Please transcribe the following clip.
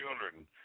children